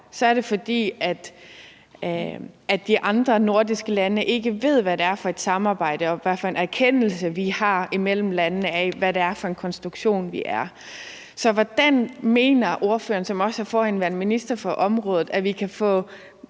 det er, fordi de andre nordiske lande ikke ved, hvad for et samarbejde og hvad for en erkendelse, vi har imellem landene, af, hvad det er for en konstruktion vi har. Så hvordan mener ordføreren, som også er forhenværende minister for området, at vi kan få